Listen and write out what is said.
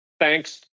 Thanks